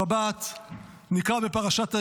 השבת נקרא בפרשת וארא,